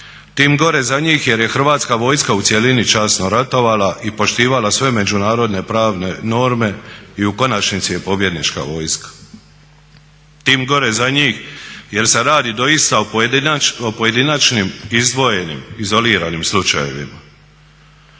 Tim gore za njih jer je Hrvatska vojska u cjelini časno ratovala i poštivala sve međunarodne pravne norme i u konačnici je pobjednička vojska. Tim gore za njih jer se radi doista o pojedinačnim izdvojenim, izoliranim slučajevima.